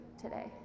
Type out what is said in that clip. today